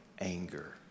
anger